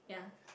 yeah